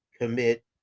commit